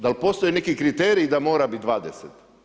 Da li postoje neki kriteriji da mora biti 20?